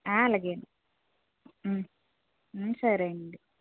అలాగే అండి సరే అండి